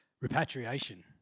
Repatriation